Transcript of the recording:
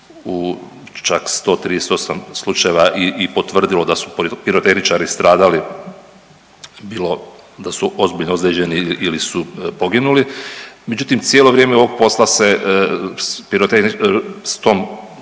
u čak 138 slučajeva potvrdilo da su pirotehničari stradali, bilo da su ozbiljno ozlijeđeni ili su poginuli, međutim, cijelo vrijeme ovog posla se